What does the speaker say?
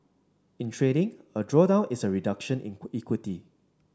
in trading a drawdown is a reduction in equity